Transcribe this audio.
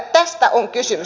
tästä on kysymys